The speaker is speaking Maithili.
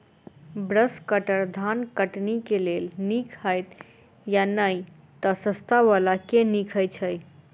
ब्रश कटर धान कटनी केँ लेल नीक हएत या नै तऽ सस्ता वला केँ नीक हय छै?